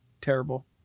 terrible